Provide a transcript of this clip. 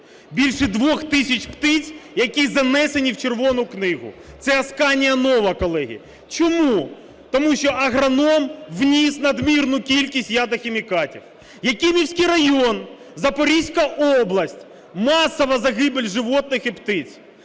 Більше 2 тисяч птиць, які занесені в Червону книгу. Це "Асканія-Нова", колеги! Чому? Тому що агроном вніс надмірну кількість ядохімікатів. Якимівський район, Запорізька область - масова загибель животних і птиць.